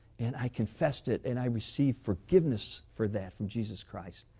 and i confessed it, and i received forgiveness for that from jesus christ.